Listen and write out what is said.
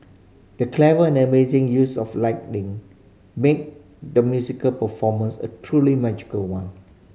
the clever and amazing use of lighting made the musical performance a truly magical one